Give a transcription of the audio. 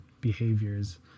behaviors